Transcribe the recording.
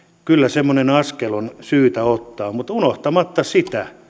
askel on syytä ottaa mutta unohtamatta sitä